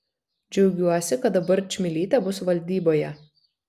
džiaugiuosi kad dabar čmilytė bus valdyboje